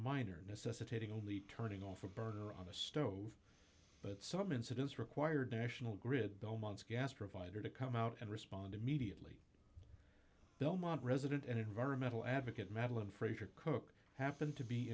minor necessitating only turning off a burner on a stove but some incidents required national grid belmont's gas provider to come out and respond immediately belmont resident and environmental advocate madeline frazier cook happened to be